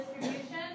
distribution